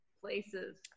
places